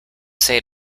say